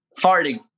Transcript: farting